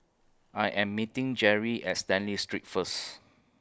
I Am meeting Jere At Stanley Street First